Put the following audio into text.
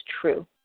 true